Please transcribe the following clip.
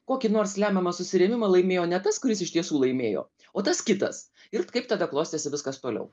kokį nors lemiamą susirėmimą laimėjo ne tas kuris iš tiesų laimėjo o tas kitas ir kaip tada klostėsi viskas toliau